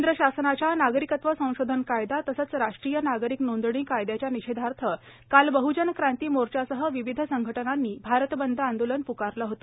केंद्र शासनाच्या नागरिकत्व संशोधन कायदा तसेच राष्ट्रीय नागरिक नोंदणी कायद्याच्या निषेधार्थ काल बहजन क्रांती मोर्चासह विविध संघटनांनी भारत बंद आंदोलन पुकारले होते